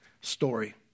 story